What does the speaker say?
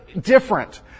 different